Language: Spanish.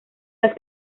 las